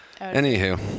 Anywho